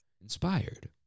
Inspired